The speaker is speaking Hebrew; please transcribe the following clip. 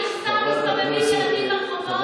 על מכסה מסתובבים ילדים ברחובות?